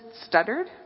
stuttered